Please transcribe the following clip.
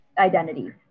identity